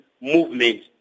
movement